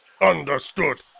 Understood